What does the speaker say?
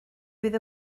fydd